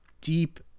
deep